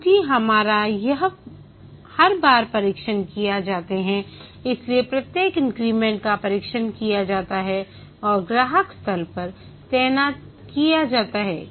चूंकि इसका हर बार परीक्षण किए जाते हैं इसलिए प्रत्येक इंक्रीमेंट का परीक्षण किया जाता है और ग्राहक स्थल पर तैनात किया जाता है